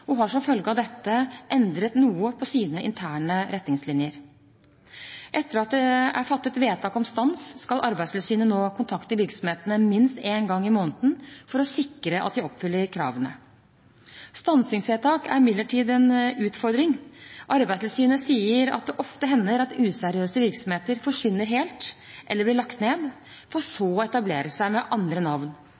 og har som følge av dette endret noe på sine interne retningslinjer. Etter at det er fattet vedtak om stans, skal Arbeidstilsynet nå kontakte virksomhetene minst én gang i måneden for å sikre at de oppfyller kravene. Stansingsvedtak er imidlertid en utfordring. Arbeidstilsynet sier at det ofte hender at useriøse virksomheter forsvinner helt eller blir lagt ned, for så å etablere seg med andre navn.